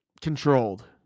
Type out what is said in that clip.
controlled